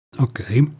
Okay